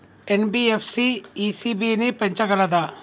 NBFC ECB ని పెంచగలదా?